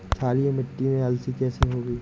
क्षारीय मिट्टी में अलसी कैसे होगी?